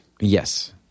Yes